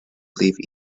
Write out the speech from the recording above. leave